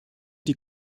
die